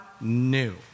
new